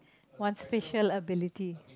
one special ability